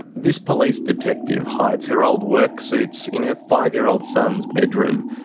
this police detective hides her old work suits in her five-year-old son's bedroom.